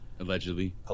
Allegedly